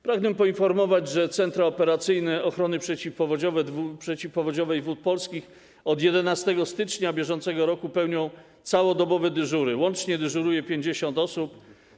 Pragnę poinformować, że centra operacyjne ochrony przeciwpowodziowej Wód Polskich od 11 stycznia br. pełnią całodobowe dyżury, łącznie dyżuruje 50 osób.